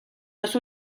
los